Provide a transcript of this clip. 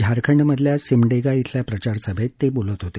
झारखंडमधल्या सिमडेगा शिल्या प्रचारसभेत ते बोलत होते